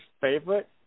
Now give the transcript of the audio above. favorite